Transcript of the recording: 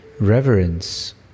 Reverence